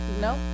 no